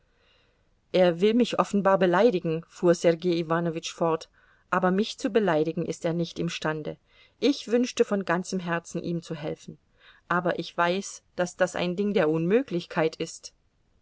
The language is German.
er will mich offenbar beleidigen fuhr sergei iwanowitsch fort aber mich zu beleidigen ist er nicht imstande ich wünschte von ganzem herzen ihm zu helfen aber ich weiß daß das ein ding der unmöglichkeit ist